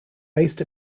based